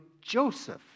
Joseph